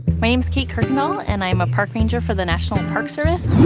my name is kate kuykendall and i'm a park ranger for the national park service.